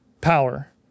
power